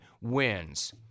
wins